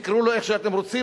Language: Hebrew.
תקראו לו איך שאתם רוצים,